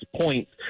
points